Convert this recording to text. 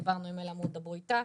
דיברנו עם אלה, אמרו דברו איתה.